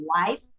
life